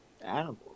Animals